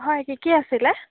হয় কি কি আছিলে